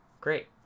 Great